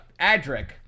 Adric